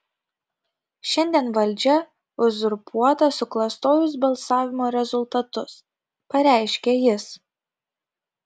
šiandien valdžia uzurpuota suklastojus balsavimo rezultatus pareiškė jis